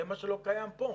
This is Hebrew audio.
זה מה שלא קיים כאן.